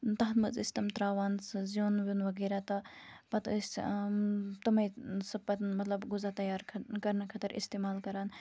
تَتھ مَنٛز ٲسۍ تِم تراوان سُہ زیُن وِیُن وغیرہ تہٕ پَتہٕ ٲسۍ تِمے سُہ پَتہٕ مطلب غزا تیار کَرنہٕ خٲطرٕ اِستعمال کَران